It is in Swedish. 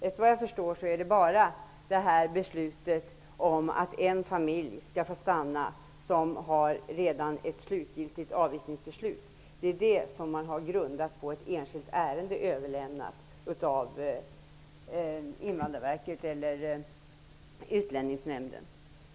Efter vad jag förstår har man grundat beslutet om att en familj som redan har ett slutgiltigt avvisningsbeslut skall få stanna på ett enskilt ärende överlämnat av Invandrarverket eller Utlänningsnämnden.